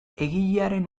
egilearen